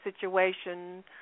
situation